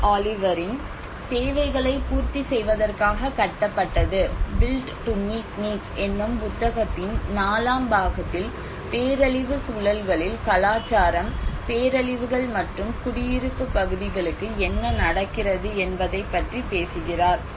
பால் ஆலிவரின் 'தேவைகளைப் பூர்த்தி செய்வதற்காக கட்டப்பட்டது' என்னும் புத்தகத்தின் 4 ஆம் பாகத்தில் பேரழிவு சூழல்களில் கலாச்சாரம் பேரழிவுகள் மற்றும் குடியிருப்பு பகுதிகளுக்கு என்ன நடக்கிறது என்பதைப் பற்றி பேசுகிறார்